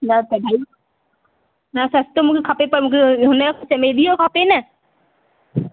न त भई न सस्तो मूंखे खपे पर हुन जो चमेलीअ जो खपे न